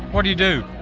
what do you do?